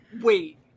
wait